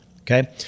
okay